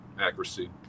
accuracy